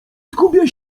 zgubię